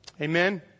Amen